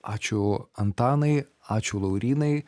ačiū antanai ačiū laurynai